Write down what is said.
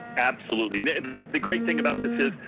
absolutely. the great thing about this is,